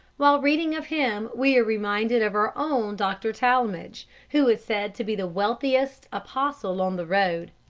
while reading of him we are reminded of our own dr. talmage, who is said to be the wealthiest apostle on the road.